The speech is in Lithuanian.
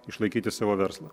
išlaikyti savo verslą